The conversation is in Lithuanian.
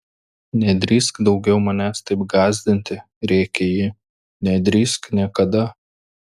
nedrįsk daugiau manęs taip gąsdinti rėkė ji nedrįsk niekada